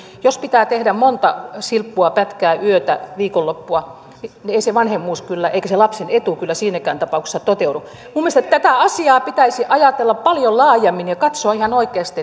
jos pitää tehdä monta silppua pätkää yötä viikonloppua ei se vanhemmuus eikä se lapsen etu kyllä siinäkään tapauksessa toteudu minun mielestäni tätä asiaa pitäisi ajatella paljon laajemmin ja katsoa ihan oikeasti